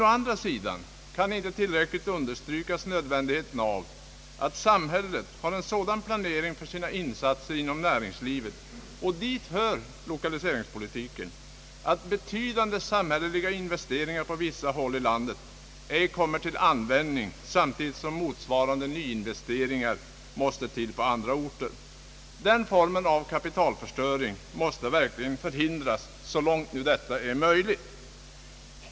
Å andra sidan kan det inte tillräckligt understrykas nödvändigheten av att samhället inte planerar sina insatser inom näringslivet — och dit hör lokaliseringspolitiken — på ett sådant sätt att betydande samhälleliga investeringar på vissa håll i landet ej kommer till användning, samtidigt som motsvarande nyinvesteringar måste till på andra orter. Den formen av kapitalförstöring måste verkligen förhindras, så långt detta nu är möjligt.